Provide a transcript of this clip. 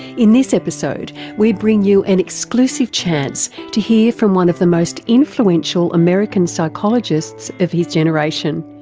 in this episode we bring you an exclusive chance to hear from one of the most influential american psychologists of his generation,